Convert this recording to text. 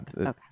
Okay